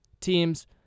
teams